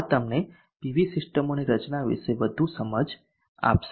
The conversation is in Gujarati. આ તમને પીવી સિસ્ટમોની રચના વિશે વધુ સમજ આપશે